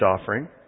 offering